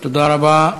תודה רבה.